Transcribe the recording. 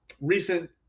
recent